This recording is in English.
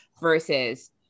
versus